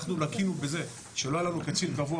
אנחנו לקינו בזה שלא היה לנו קצין קבוע